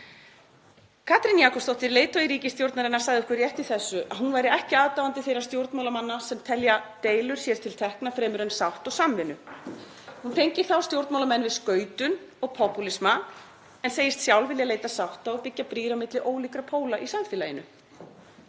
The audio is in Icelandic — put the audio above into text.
Katrín Jakobsdóttir, leiðtogi ríkisstjórnarinnar, sagði okkur rétt í þessu að hún væri ekki aðdáandi þeirra stjórnmálamanna sem telja deilur sér til tekna fremur en sátt og samvinnu. Hún tengir þá stjórnmálamenn við skautun og popúlisma en segist sjálf vilja leita sátta og byggja brýr á milli ólíkra póla í samfélaginu.